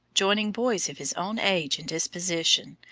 joining boys of his own age and disposition,